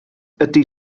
ydy